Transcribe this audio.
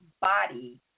body